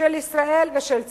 של ישראל ושל צה"ל.